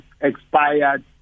expired